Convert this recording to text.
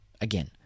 again